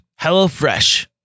HelloFresh